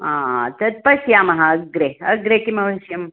हा तद् पश्यामः अग्रे अग्रे किमवश्यं